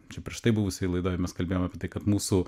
čia prieš tai buvusioj laidoj mes kalbėjom apie tai kad mūsų